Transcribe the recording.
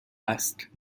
است